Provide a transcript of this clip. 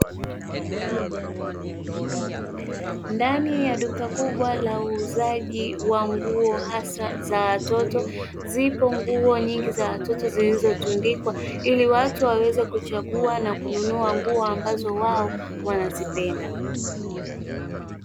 Ndani ya duka kubwa la uuzaji wa nguo hasa za watoto, zipo nguo nyingi za watoto zilizotunikwa ili watu wawezekuchagua, au kununua nguo ambazo watoto wao wanazipenda.